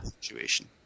Situation